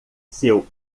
seu